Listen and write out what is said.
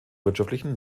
wirtschaftlichen